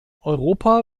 europa